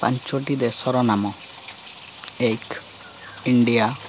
ପାଞ୍ଚଟି ଦେଶର ନାମ ଏକ ଇଣ୍ଡିଆ